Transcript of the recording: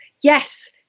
yes